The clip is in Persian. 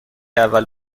اول